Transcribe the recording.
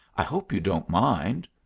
i hope you don't mind?